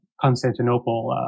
Constantinople